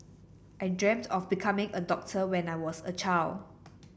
I dreamt of becoming a doctor when I was a child